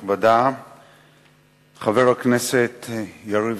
חבר הכנסת יריב